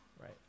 right